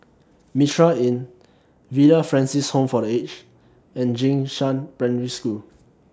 Mitraa Inn Villa Francis Home For The Aged and Jing Shan Primary School